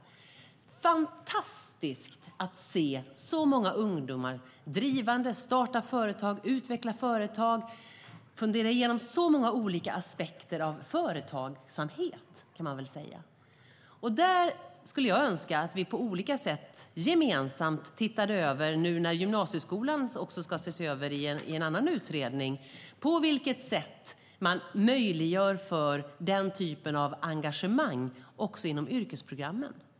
Det var fantastiskt att se så många ungdomar starta, driva och utveckla företag och fundera igenom så många olika aspekter av företagsamhet. Jag skulle önska att vi, nu när gymnasieskolan ska ses över i en annan utredning, på olika sätt gemensamt ser över på vilket sätt man möjliggör för den typen av engagemang också inom yrkesprogrammen.